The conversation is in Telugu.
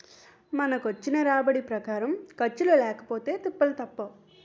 మనకొచ్చిన రాబడి ప్రకారం ఖర్చులు లేకపొతే తిప్పలు తప్పవు